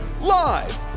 Live